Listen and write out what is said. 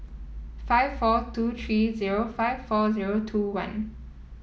five four two three zero five four zero two one